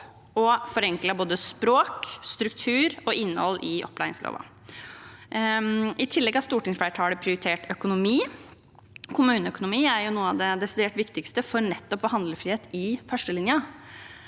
og forenklet både språk, struktur og innhold. I tillegg har stortingsflertallet prioritert økonomi. Kommuneøkonomi er noe av det desidert viktigste for nettopp å ha handlefrihet i førstelinjen.